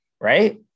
Right